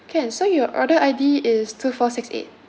can so your order I_D is two four six eight